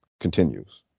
continues